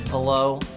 Hello